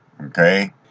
okay